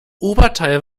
oberteil